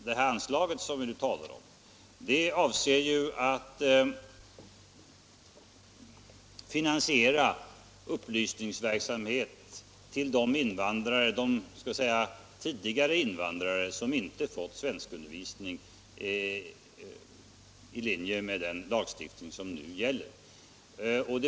Det här anslaget, som vi nu talar om, avser ju att finansiera information till de invandrare som inte tidigare fått svenskundervisning i linje med den lagstiftning som nu gäller.